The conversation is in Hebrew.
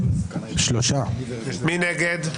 מי נגד?